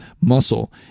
muscle